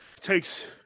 takes